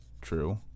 true